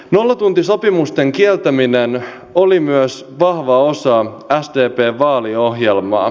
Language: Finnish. nollatuntisopimusten kieltäminen oli myös vahva osa sdpn vaaliohjelmaa